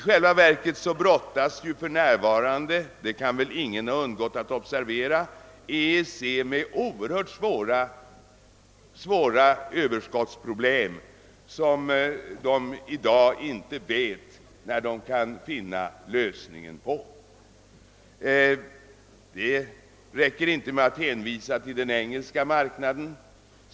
Som väl ingen har undgått att observera brottas nämligen EEC för närvarande med oerhört svåra överskottsproblem, som man i dag inte vet när man kan finna lösningen på. Där räcker det inte med att hänvisa till den engelska marknaden.